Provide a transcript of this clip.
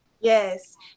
yes